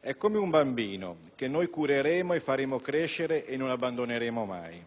È come un bambino che noi cureremo e faremo crescere e non abbandoneremo mai.